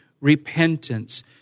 repentance